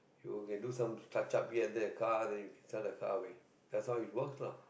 you can do some touch-up here and there the car then you can sell the car away that's how it works lah